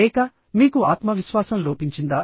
లేక మీకు ఆత్మవిశ్వాసం లోపించిందా